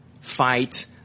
fight